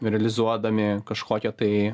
realizuodami kažkokią tai